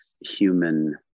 human